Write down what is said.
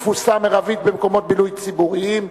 תפוסה מרבית במקומות בילוי ציבוריים).